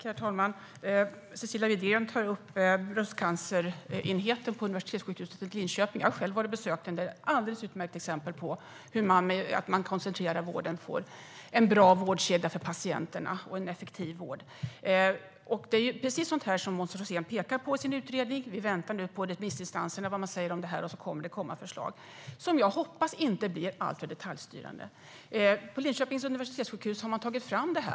Herr talman! Cecilia Widegren tar upp bröstcancerenheten på universitetssjukhuset i Linköping. Jag har besökt den, och den är ett alldeles utmärkt exempel på hur man genom att koncentrera vården får en bra vårdkedja för patienterna och en effektiv vård. Det är precis sådana saker som Måns Rosén pekar på i sin utredning. Vi väntar nu på vad remissinstanserna säger om den. Sedan kommer det att komma förslag som jag hoppas inte blir alltför detaljstyrande. På Linköpings universitetssjukhus har man tagit fram detta.